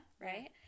right